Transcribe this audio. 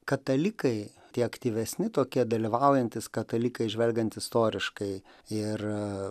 katalikai tie aktyvesni tokie dalyvaujantys katalikai žvelgiant istoriškai ir